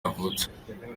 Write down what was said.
yavutse